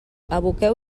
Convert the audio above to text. aboqueu